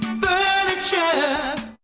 furniture